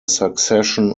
succession